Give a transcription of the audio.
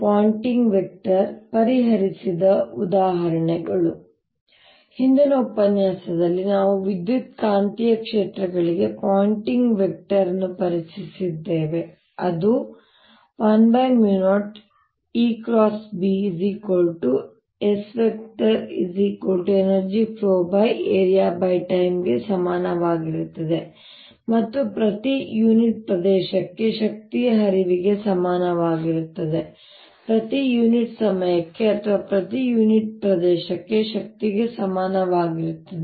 Poynting vector ಪರಿಹರಿಸಿದ ಉದಾಹರಣೆಗಳು ಹಿಂದಿನ ಉಪನ್ಯಾಸದಲ್ಲಿ ನಾವು ವಿದ್ಯುತ್ಕಾಂತೀಯ ಕ್ಷೇತ್ರಗಳಿಗೆ ಪಾಯಿಂಟಿಂಗ್ ವೆಕ್ಟರ್ ಅನ್ನು ಪರಿಚಯಿಸಿದ್ದೇವೆ ಮತ್ತು ಇದು 10EBSEnergy flowarea×time ಗೆ ಸಮನಾಗಿರುತ್ತದೆ ಮತ್ತು ಪ್ರತಿ ಯುನಿಟ್ ಪ್ರದೇಶಕ್ಕೆ ಶಕ್ತಿಯ ಹರಿವಿಗೆ ಸಮಾನವಾಗಿರುತ್ತದೆ ಪ್ರತಿ ಯುನಿಟ್ ಸಮಯಕ್ಕೆ ಅಥವಾ ಪ್ರತಿ ಯೂನಿಟ್ ಪ್ರದೇಶಕ್ಕೆ ಶಕ್ತಿಗೆ ಸಮಾನವಾಗಿರುತ್ತದೆ